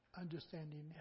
Understanding